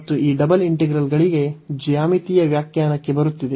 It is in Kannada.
ಮತ್ತು ಈ ಡಬಲ್ ಇಂಟಿಗ್ರಲ್ಗಳಿಗೆ ಜ್ಯಾಮಿತೀಯ ವ್ಯಾಖ್ಯಾನಕ್ಕೆ ಬರುತ್ತಿದೆ